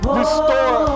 restore